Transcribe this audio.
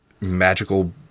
magical